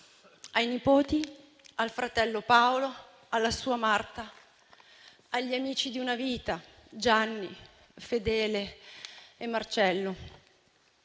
ai nipoti, al fratello Paolo, alla sua Marta, agli amici di una vita, Gianni, Fedele e Marcello.